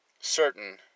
certain